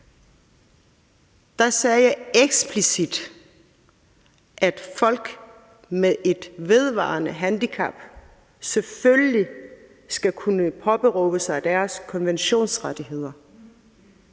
tale sagde jeg eksplicit, at folk med et vedvarende handicap selvfølgelig skal kunne påberåbe sig deres konventionsrettigheder.